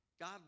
God